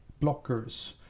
blockers